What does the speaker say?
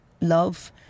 love